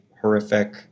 horrific